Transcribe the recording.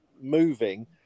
moving